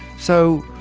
so,